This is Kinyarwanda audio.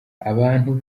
abantu